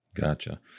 Gotcha